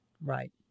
Right